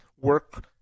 work